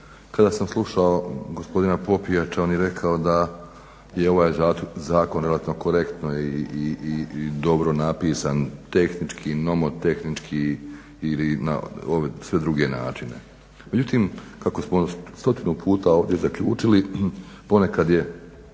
kada sam slušao gospodina Popijača on je rekao da je ovaj zakon relativno korektno i dobro napisan, tehnički, nomotehnički i na sve druge načine. Međutim, kako smo stotinu puta ovdje zaključili ponekad je